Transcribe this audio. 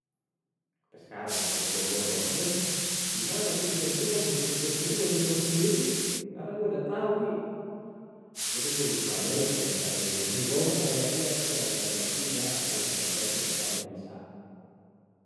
Sampai sekarang ya rambut gue gondrong, gimana ya gue bisa nyukur, kalau bisa nyukur sendiri gue nyukur sendiri, karena gue udah tau nih. Tapi gue belum pelajarin sih yang cara nyukur sendiri, gue pernah lihat lihat tapi agak gagal juga, tapi mudah- mudahan sih kedepannya bisa.